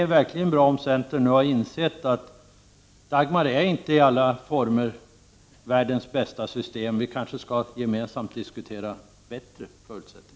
Det är mycket bra om centern har insett att Dagmarsystemet inte i alla avseenden är världens bästa system. Vi kanske gemensamt skall diskutera bättre alternativ.